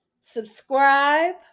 subscribe